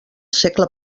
segle